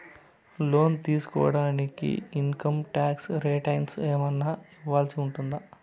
లోను తీసుకోడానికి income tax returns ఏమన్నా ఇవ్వాల్సి ఉంటుందా